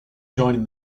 joining